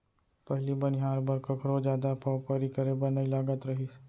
पहिली बनिहार बर कखरो जादा पवपरी करे बर नइ लागत रहिस